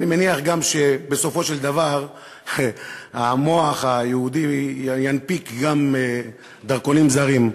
אני גם מניח שבסופו של דבר המוח היהודי ינפיק גם דרכונים זרים.